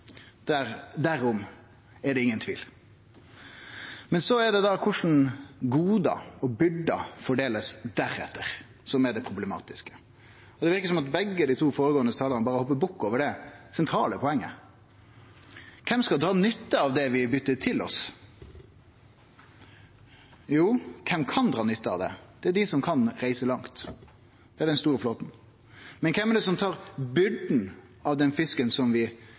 er det ingen tvil. Men det er korleis gode og byrder blir fordelte deretter som er det problematiske. Det verkar som om begge dei to siste talarane berre hoppar bukk over det sentrale poenget. Kven skal dra nytte av det vi byter til oss? Jo, kven kan dra nytte av det? Det er dei som kan reise langt. Det er den store flåten. Men kven er det som tar byrda av den fisken som vi